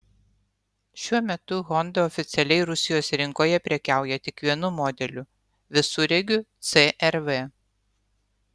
šiuo metu honda oficialiai rusijos rinkoje prekiauja tik vienu modeliu visureigiu cr v